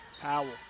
Powell